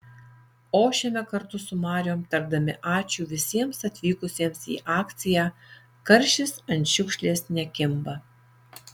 ošiame kartu su mariom tardami ačiū visiems atvykusiems į akciją karšis ant šiukšlės nekimba